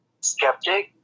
Skeptic